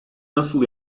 nasıl